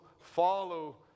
follow